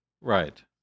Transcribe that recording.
Right